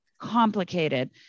complicated